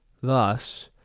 Thus